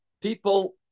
People